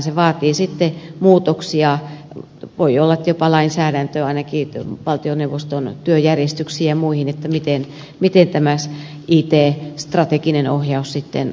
se vaatii sitten muutoksia voi olla että jopa lainsäädäntöön ainakin valtioneuvoston työjärjestyksiin ja muihin sen suhteen miten tämä it strateginen ohjaus sitten käytännössä tullaan suorittamaan